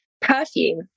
perfume